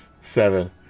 Seven